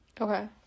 Okay